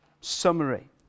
summary